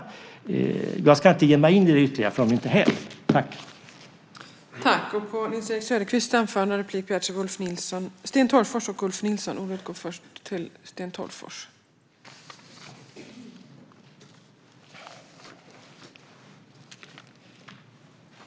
Men jag ska inte ge mig in ytterligare på detta eftersom de inte är här.